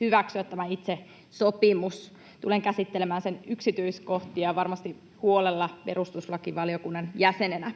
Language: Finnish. hyväksyä tämä itse sopimus. Tulen käsittelemään sen yksityiskohtia varmasti huolella perustuslakivaliokunnan jäsenenä.